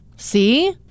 see